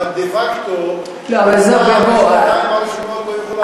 אבל דה-פקטו בשנתיים הראשונות עמותה לא יכולה,